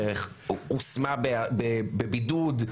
שהושמה בבידוד,